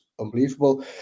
unbelievable